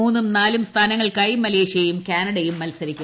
മൂന്നും നാലും സ്ഥാന ങ്ങൾക്കായി മലേഷ്യയും കാനഡയും മത്സരിക്കും